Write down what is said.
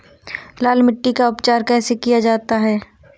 लाल मिट्टी का उपचार कैसे किया जाता है?